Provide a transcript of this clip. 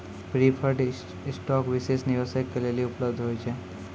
preferred stock विशेष निवेशक के लेली उपलब्ध होय छै